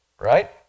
Right